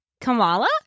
Kamala